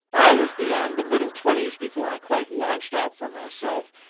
i was beyond the middle twenties before i quite launched out for myself,